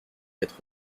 quatre